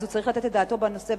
הוא צריך לתת את דעתו בנושא,